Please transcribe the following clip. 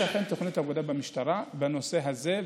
אכן תוכנית עבודה במשטרה בנושא הזה,